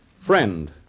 Friend